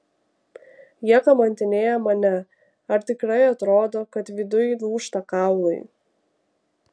jie kamantinėja mane ar tikrai atrodo kad viduj lūžta kaulai